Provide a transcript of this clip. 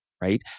right